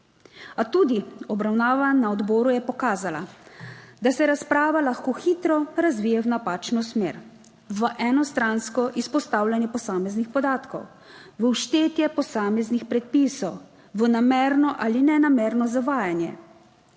A tudi obravnava na odboru je pokazala, da se razprava lahko hitro razvije v napačno smer - v enostransko izpostavljanje posameznih podatkov, v vštetje posameznih predpisov, v namerno ali nenamerno zavajanje.